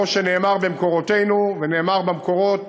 כמו שנאמר במקורותינו ונאמר במקורות